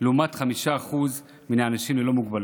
לעומת 5% מן האנשים ללא מוגבלות.